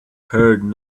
heard